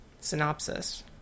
synopsis